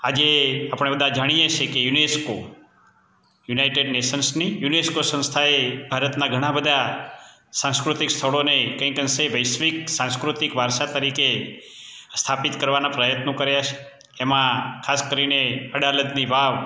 આજે આપણે બધા જાણીએ છીએ કે યુનેસ્કો યુનાઈટેડ નેશસન્સની યુનેસ્કો સંસ્થાએ ભારતનાં ઘણાં બધાં સાંસ્કૃતિક સ્થળોને કંઈક અંશે વૈશ્વિક સાંસ્કૃતિક વારસા તરીકે સ્થાપિત કરવાનાં પ્રયત્નો કર્યા છે એમાં ખાસ કરીને અડાલજની વાવ